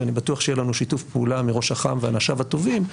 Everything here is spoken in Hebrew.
ואני בטוח שיהיה לנו שיתוף פעולה מראש אח"מ ואנשיו הטובים.